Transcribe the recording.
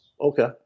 Okay